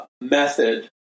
method